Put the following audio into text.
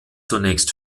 zunächst